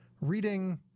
reading